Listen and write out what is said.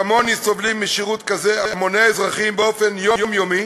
כמוני סובלים משירות כזה המוני אזרחים באופן יומיומי,